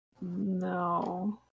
No